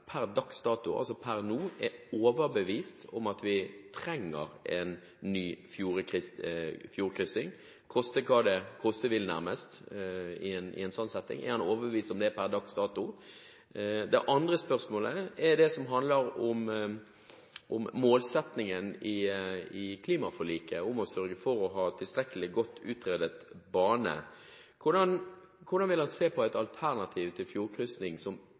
per nå er overbevist om at vi trenger en ny fjordkryssing – nærmest koste hva det koste vil – i en sånn setting? Er han overbevist om det per dags dato? Det andre spørsmålet handler om målsettingen i klimaforliket om å sørge for å ha tilstrekkelig godt utredet bane. Hvordan vil han se på et alternativ til fjordkryssing som